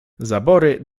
zabory